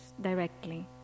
directly